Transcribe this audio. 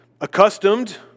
accustomed